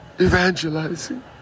evangelizing